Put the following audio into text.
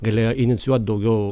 galėjo inicijuot daugiau